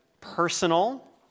personal